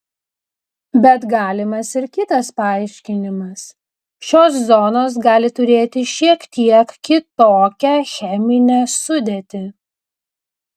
bet galimas ir kitas paaiškinimas šios zonos gali turėti šiek tiek kitokią cheminę sudėtį